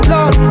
Lord